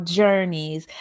journeys